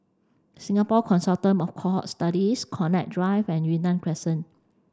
Singapore Consortium of Cohort Studies Connaught Drive and Yunnan Crescent